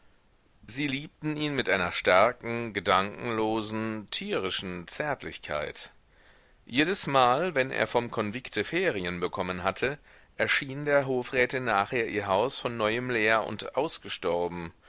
sie liebten ihn mit einer starken gedankenlosen tierischen zärtlichkeit jedesmal wenn er vom konvikte ferien bekommen hatte erschien der hofrätin nachher ihr haus von neuem leer und ausgestorben